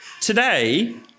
today